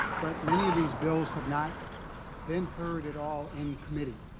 but many of these bills have not been heard at all in committee.